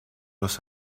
los